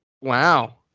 Wow